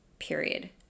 period